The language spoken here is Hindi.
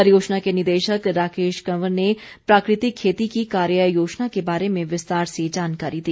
परियोजना के निदेशक राकेश कंवर ने प्राकृतिक खेती की कार्य योजना के बारे में विस्तार से जानकारी दी